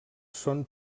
són